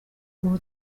ubu